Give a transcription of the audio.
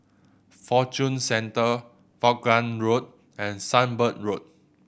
Fortune Centre Vaughan Road and Sunbird Road